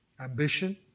ambition